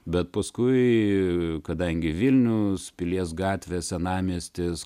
bet paskui kadangi vilnius pilies gatve senamiestis